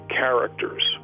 characters